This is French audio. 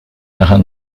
marin